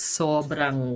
sobrang